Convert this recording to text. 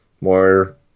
more